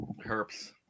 herpes